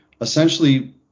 Essentially